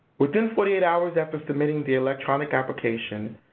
within forty eight hours after submitting the electronic application,